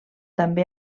també